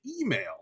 email